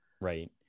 right